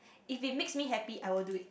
if it makes me happy I will do it